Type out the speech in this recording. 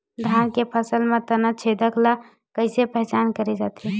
धान के फसल म तना छेदक ल कइसे पहचान करे जाथे?